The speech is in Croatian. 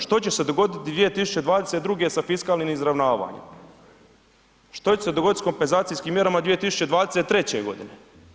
Što će se dogoditi 2022. sa fiskalnim izravnavanjem, što će se dogoditi s kompenzacijskim mjerama 2023. godine?